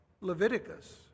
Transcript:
Leviticus